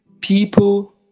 people